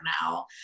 now